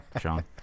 Sean